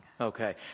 Okay